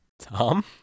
Tom